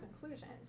conclusions